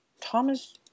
Thomas